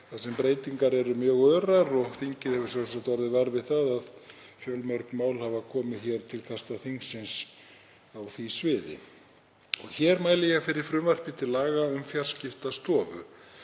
þar sem breytingar eru mjög örar og þingið hefur sjálfsagt orðið vart við að fjölmörg mál hafa komið til kasta þess á því sviði. Hér mæli ég fyrir frumvarpi til laga um Fjarskiptastofu.